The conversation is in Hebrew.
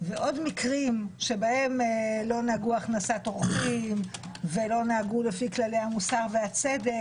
ועוד מקרים שבהם לא נהגו הכנסת אורחים ולא נהגו לפי כללי המוסר והצדק.